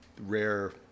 rare